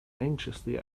anxiously